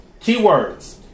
keywords